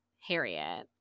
Harriet